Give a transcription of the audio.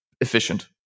efficient